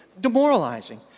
demoralizing